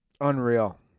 Unreal